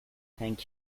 thank